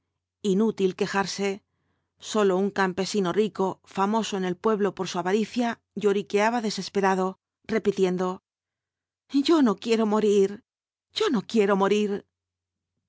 inútil quejarse sólo un campesino rico famoso en el pueblo por su avaricia lloriqueaba desesperado repitiendo yo no quiero morir yo no quiero morir